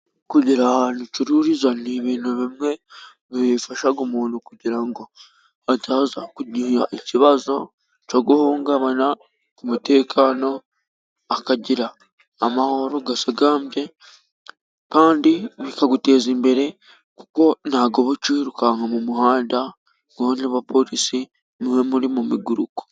Kugera ahantu ucururiza ni ibintu bimwe bifasha umuntu kugira ngo ataza kugira ikibazo cyo guhungabana ku mutekano akagira amahoro asagambye kandi bikaguteza imbere kuko ntabwo uba ucyirukanka mu muhanda ngo wowe n'abapolisi mube muri mu miguruko.